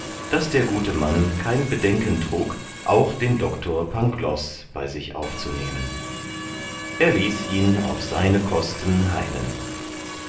daß der gute mann kein bedenken trug auch den doctor pangloß bei sich aufzunehmen er ließ ihn auf seine kosten heilen